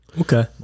okay